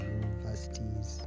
universities